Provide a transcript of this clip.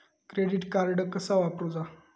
Credit card कसा वापरूचा?